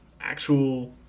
actual